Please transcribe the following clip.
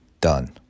Done